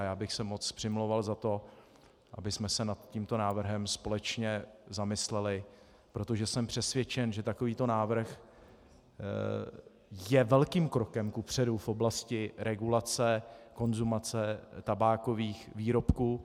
Já bych se moc přimlouval za to, abychom se nad tímto návrhem společně zamysleli, protože jsem přesvědčen, že takovýto návrh je velkým krokem kupředu v oblasti regulace konzumace tabákových výrobků.